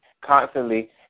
constantly